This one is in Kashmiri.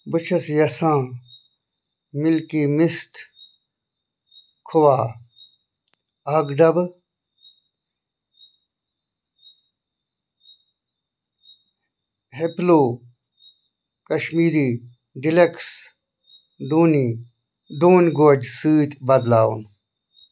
بہٕ چھس یژھان مِلکی مِسٹ خواہ اَکھ ڈَبہٕ ہِپلو کشمیٖری ڈِلیٚکٕس ڈوٗنی ڈوٗنۍ گوجہِ سۭتۍ بدلاوُن